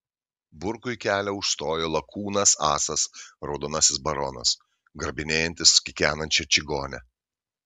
burkui kelią užstojo lakūnas asas raudonasis baronas grabinėjantis kikenančią čigonę